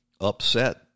upset